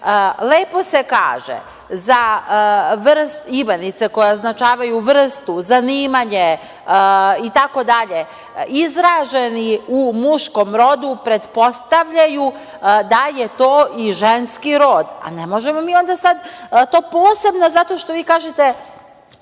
se kaže – imenice koje označavaju vrstu, zanimanje itd, izraženi u muškom rodu pretpostavljaju da je to i ženski rod, a ne možemo to posebno zato što vi kažete